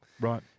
Right